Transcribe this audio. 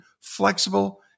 flexible